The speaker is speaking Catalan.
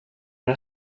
una